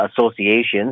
associations